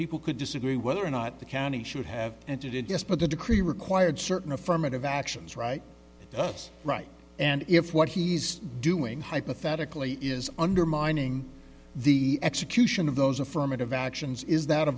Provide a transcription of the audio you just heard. people could disagree whether or not the county should have entered it yes but the decree required certain affirmative actions right that's right and if what he's doing hypothetically is undermining the execution of those affirmative actions is that a